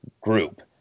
group